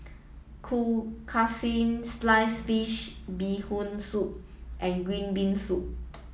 Kueh Kaswi sliced fish bee hoon soup and green bean soup